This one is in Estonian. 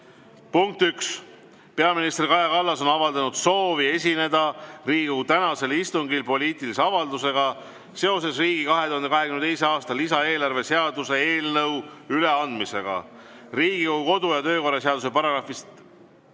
Punkt üks, peaminister Kaja Kallas on avaldanud soovi esineda tänasel Riigikogu istungil poliitilise avaldusega seoses riigi 2022. aasta lisaeelarve seaduse eelnõu üleandmisega. Riigikogu kodu- ja töökorra seaduse § 56 lõike